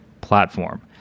platform